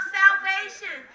salvation